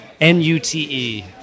N-U-T-E